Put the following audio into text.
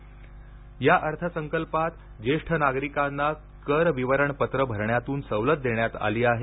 intro bite Chitale या अर्थ संकल्पात ज्येष्ठ नागरिकांना कर विवरण पत्र भरण्यातून सवलत देण्यात आली आहे